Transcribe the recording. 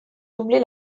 doubler